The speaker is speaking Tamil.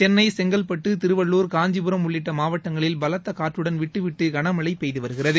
சென்னை செங்கல்பட்டு திருவள்ளூர் காஞ்சிபுரம் உள்ளிட்ட மாவட்டங்களில் பலத்த காற்றடன் விட்டு விட்டு கனமழை பெய்து வருகிறது